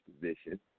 position